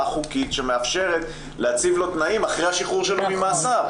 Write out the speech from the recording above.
חוקית שמאפשרת להציב לו תנאים אחרי השחרור לו ממאסר.